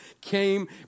came